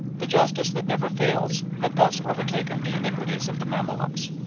the justice that never fails had thus overtaken the iniquities of the mamaluks.